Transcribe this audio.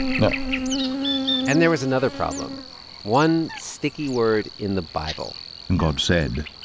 no and there was another problem one sticky word in the bible and god said,